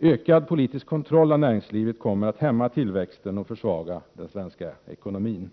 Ökad politisk kontroll av näringslivet kommer att hämma tillväxten och försvaga den svenska ekonomin.